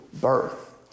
birth